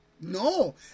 no